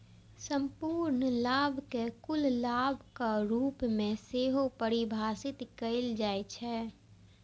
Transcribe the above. संपूर्ण लाभ कें कुल लाभक रूप मे सेहो परिभाषित कैल जाइ छै